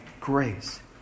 grace